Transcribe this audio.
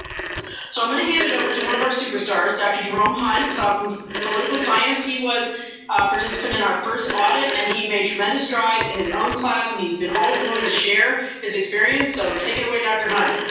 so i'm going to hand it over to one of our superstars, dr. jerome hunt, ah from from political science. he was a participant in our first audit and he made tremendous strides in his own class, and he's been always willing to share his experience, so take it away, dr. hunt.